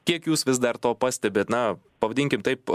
kiek jūs vis dar to pastebit na pavadinkim taip